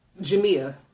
Jamia